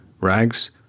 Rags